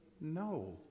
No